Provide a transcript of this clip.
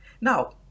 Now